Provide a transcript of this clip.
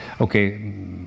Okay